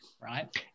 right